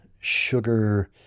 sugar